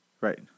Right